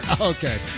Okay